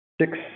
Six